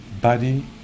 body